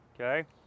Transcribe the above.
okay